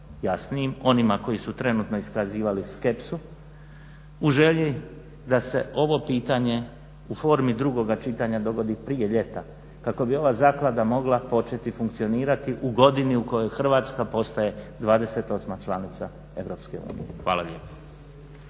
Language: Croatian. jasnijim onima koji su trenutno iskazivali skepsu, u želji da se ovo pitanje u formi drugoga čitanja dogodi prije ljeta kako bi ova zaklada mogla početi funkcionirati u godini u kojoj Hrvatska postaje 28. članica Europske unije.